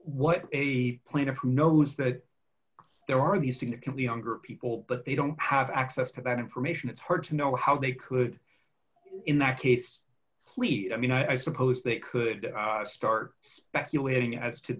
what a plaintiff who knows that there are these significantly younger people but they don't have access to that information it's hard to know how they could in that case clete i mean i suppose they could start speculating as to